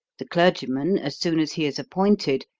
the clergyman, as soon as he is appointed,